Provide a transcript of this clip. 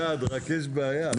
רק יש בעיה,